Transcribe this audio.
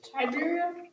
Iberia